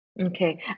Okay